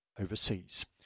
overseas